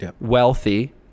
wealthy